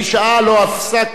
לא הפסקתי אותו,